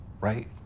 right